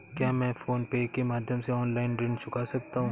क्या मैं PhonePe के माध्यम से ऑनलाइन ऋण चुका सकता हूँ?